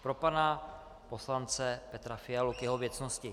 Pro pana poslance Petra Fialu k jeho věcnosti.